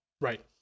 Right